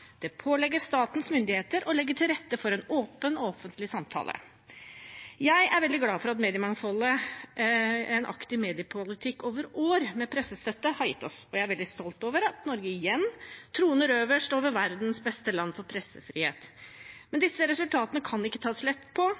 det «påligger statens myndigheter å legge forholdene til rette for en åpen og opplyst offentlig samtale.» Jeg er veldig glad for det mediemangfoldet en aktiv mediepolitikk over år med pressestøtte har gitt oss, og jeg er veldig stolt over at Norge igjen troner øverst over verdens beste land for pressefrihet. Men disse resultatene kan ikke tas lett på.